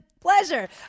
pleasure